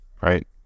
right